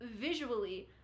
visually –